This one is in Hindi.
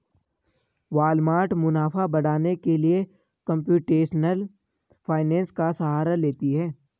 वालमार्ट मुनाफा बढ़ाने के लिए कंप्यूटेशनल फाइनेंस का सहारा लेती है